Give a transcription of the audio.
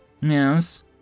Yes